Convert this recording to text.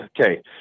Okay